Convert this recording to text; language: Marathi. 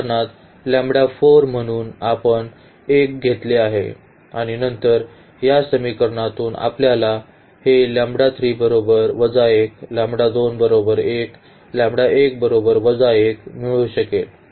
उदाहरणार्थ म्हणून आपण 1 घेतले आहे आणि नंतर या समीकरणातून आपल्याला हे मिळू शकेल